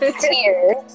tears